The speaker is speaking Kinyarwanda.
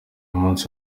munsi